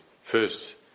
first